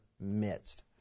midst